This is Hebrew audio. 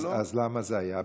אז למה זה היה?